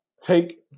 take